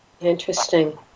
Interesting